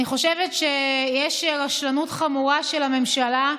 אני חושבת שיש רשלנות חמורה של הממשלה,